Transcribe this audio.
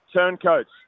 Turncoats